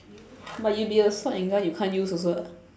but you'll will be a sword and gun you can't use also [what]